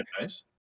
nice